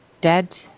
Dead